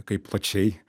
kaip plačiai